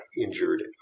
injured